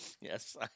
Yes